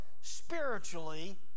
spiritually